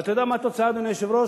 ואתה יודע מה התוצאה, אדוני היושב-ראש?